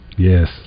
Yes